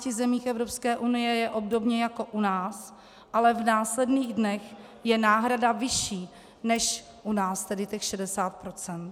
V 11 zemích Evropské unie je obdobně jako u nás, ale v následných dnech je náhrada vyšší než u nás, tedy těch 60 %.